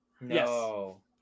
No